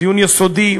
דיון יסודי,